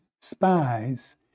spies